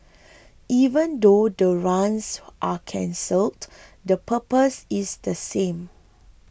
even though the runs are cancelled the purpose is the same